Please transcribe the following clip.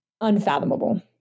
unfathomable